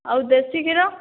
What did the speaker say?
ଆଉ ଦେଶୀ କ୍ଷୀର